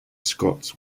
scots